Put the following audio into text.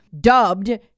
dubbed